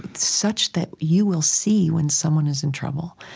such that you will see when someone is in trouble.